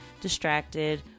distracted